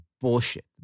bullshit